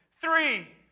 three